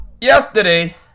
yesterday